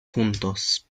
juntos